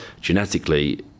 genetically